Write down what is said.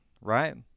right